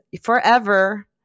forever